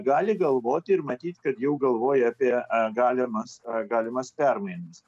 gali galvoti ir matyt kad jau galvoja apie a galimas a galimas permainas